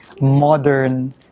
modern